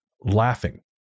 laughing